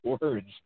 words